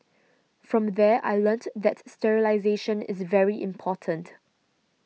from there I learnt that sterilisation is very important